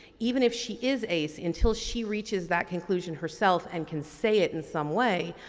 even if she is ace until she reaches that conclusion herself and can say it in some way,